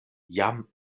jam